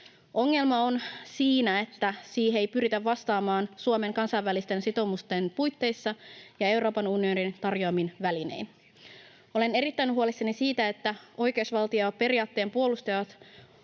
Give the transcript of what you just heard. Ongelma on siinä, että siihen ei pyritä vastaamaan Suomen kansainvälisten sitoumusten puitteissa ja Euroopan unionin tarjoamin välinein. Olen erittäin huolissani siitä, että oikeusvaltioperiaatteen puolustajien